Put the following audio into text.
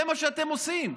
זה מה שאתם עושים.